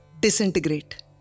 Disintegrate